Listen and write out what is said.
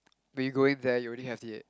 when you going there you only have